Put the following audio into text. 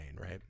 right